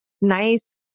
nice